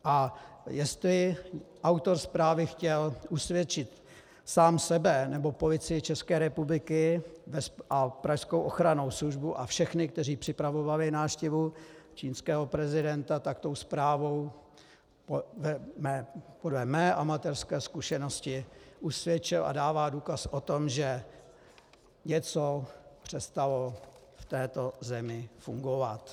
A jestli autor zprávy chtěl usvědčit sám sebe nebo Policii České republiky a pražskou ochrannou službu a všechny, kteří připravovali návštěvu čínského prezidenta, tak tou zprávou se podle mé amatérské zkušenosti usvědčil a dává důkaz o tom, že něco přestalo v této zemi fungovat.